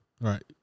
Right